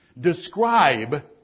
describe